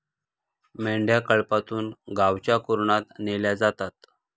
मेंढ्या कळपातून गावच्या कुरणात नेल्या जातात